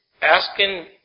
asking